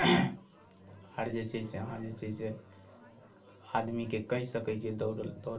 आओर जे छै से अहाँ जे छै से आदमीके कहि सकैत छियै दौड़ै दौड़